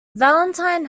valentine